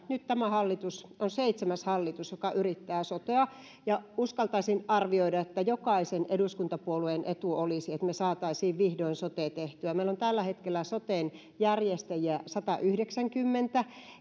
nyt tämä hallitus on seitsemäs hallitus joka yrittää sotea uskaltaisin arvioida että jokaisen eduskuntapuolueen etu olisi että me saisimme vihdoin soten tehtyä tällä hetkellä meillä on soten järjestäjiä satayhdeksänkymmentä